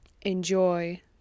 enjoy